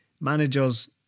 managers